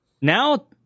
now